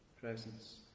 presence